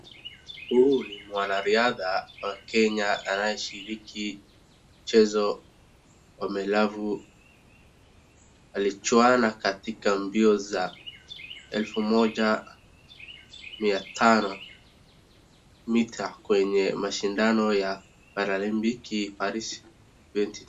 Huyu ni mwanariadha wa Kenya anayeshiriki mchezo wa melavu. Alichuana katika mbio za elfu moja mia tano mita kwenye mashindano ya paralimpiki parishi twenty twenty